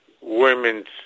women's